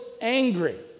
angry